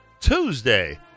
Tuesday